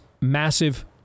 massive